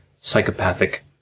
psychopathic